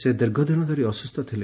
ସେ ଦୀର୍ଘଦିନ ଧରି ଅସୁସ୍ଥ ଥିଲେ